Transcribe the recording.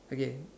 okay